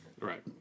Right